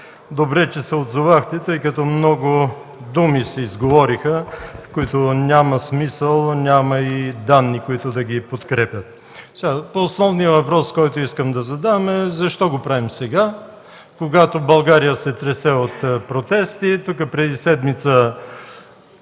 добре че се отзовахте, тъй като много думи се изговориха, от които няма смисъл. Няма и данни, които да ги подкрепят. По основния въпрос, който искам да задам е: защо го правим сега, когато България се тресе от протести? Тук преди седмица